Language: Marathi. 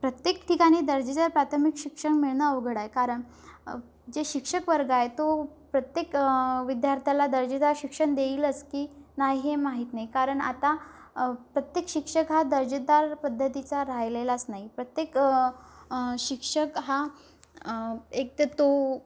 प्रत्येक ठिकाणी दर्जेदार प्राथमिक शिक्षण मिळणं अवघड आहे कारण जे शिक्षक वर्ग आहे तो प्रत्येक विद्यार्थ्याला दर्जेदार शिक्षण देईलच की नाही हे माहीत नाही कारण आता प्रत्येक शिक्षक हा दर्जेदार पद्धतीचा राहिलेलाच नाही प्रत्येक शिक्षक हा एक तर तो